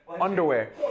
underwear